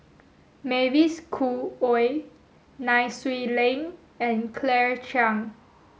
Mavis Khoo Oei Nai Swee Leng and Claire Chiang